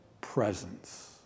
presence